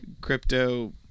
crypto